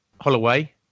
Holloway